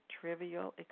trivial